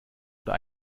oder